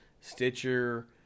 Stitcher